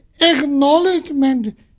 Acknowledgement